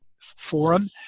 forum